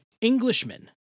Englishman